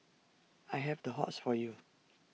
I have the hots for you